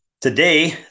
today